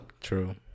True